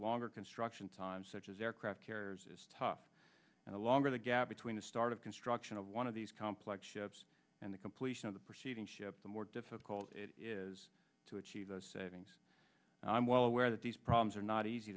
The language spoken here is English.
longer construction time such as aircraft carriers is tough and the longer the gap between the start of construction of one of these complex ships and the completion of the proceeding ship the more difficult it is to achieve those savings and i'm well aware that these problems are not easy